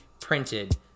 printed